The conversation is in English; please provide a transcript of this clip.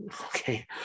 okay